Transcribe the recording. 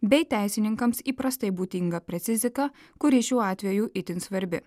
bei teisininkams įprastai būdinga precizika kuri šiuo atveju itin svarbi